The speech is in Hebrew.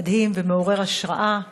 מדהים ומעורר השראה.